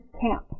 camp